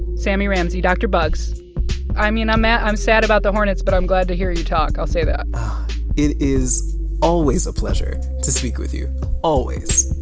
sammy ramsey dr. buggs i mean, i'm and i'm sad about the hornets, but i'm glad to hear you talk. i'll say that it is always a pleasure to speak with you always.